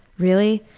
really!